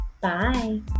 Bye